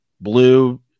blue